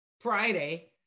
Friday